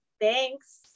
Thanks